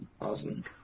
Awesome